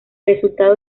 resultado